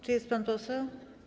Czy jest pan poseł?